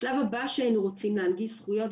השלב הבא שהם רוצים להנגיש זכויות,